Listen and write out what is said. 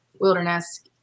wilderness